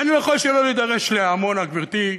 אני לא יכול שלא להידרש לעמונה, גברתי,